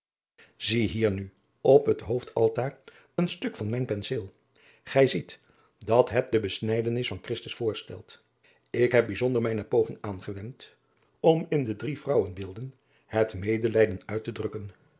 zie hier nu op het hoofdaltaar een stuk van mijn penfeel gij ziet dat het de besnijdenis van christus voorstelt ik heb bijzonder mijne poging aangewend om in de drie vrouwenbeelden het medelijden uit te drukken